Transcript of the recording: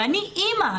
ואני אמא,